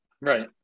Right